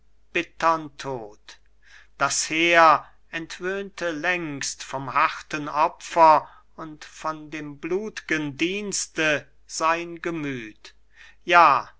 bittern tod das heer entwöhnte längst vom harten opfer und von dem blut'gen dienste sein gemüth ja